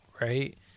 Right